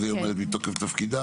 והיא אומרת את זה מתוקף תפקידה.